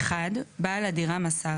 (1)בעל הדירה מסר,